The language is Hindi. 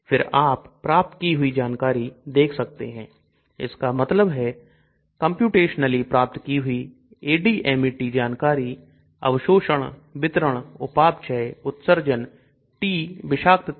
फिर आप प्राप्त की हुई जानकारी देख सकते हैं इसका मतलब है Computationally प्राप्त की हुई ADMET जानकारी अवशोषण वितरण उपापचय उत्सर्जन T विषाक्तता